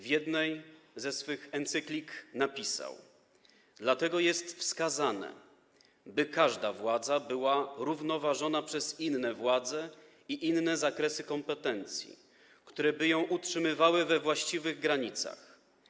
W jednej ze swych encyklik napisał: Dlatego jest wskazane, by każda władza była równoważona przez inne władze i inne zakresy kompetencji, które by ją utrzymywały we właściwych granicach.